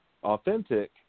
authentic